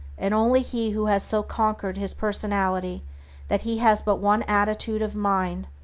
and only he who has so conquered his personality that he has but one attitude of mind,